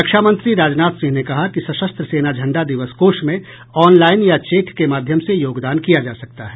रक्षामंत्री राजनाथ सिंह ने कहा कि सशस्त्र सेना झंडा दिवस कोष में ऑनलाईन या चेक के माध्यम से योगदान किया जा सकता है